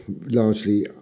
largely